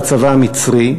זה הצבא המצרי,